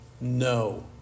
no